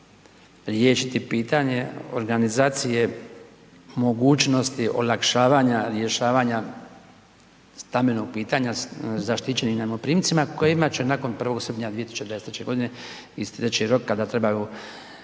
riješiti pitanje organizacije mogućnosti olakšavanja rješavanja stambenog pitanja zaštićenim najmoprimcima kojima će nakon 1. .../Govornik se ne razumije./...